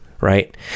right